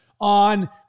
on